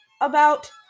About-